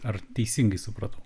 ar teisingai supratau